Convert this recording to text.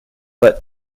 but